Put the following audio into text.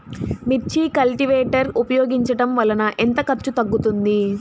మిర్చి కల్టీవేటర్ ఉపయోగించటం వలన ఎంత ఖర్చు తగ్గుతుంది?